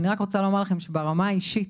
אני רוצה לומר לכם שברמה האישית,